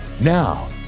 Now